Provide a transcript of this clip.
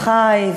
חי,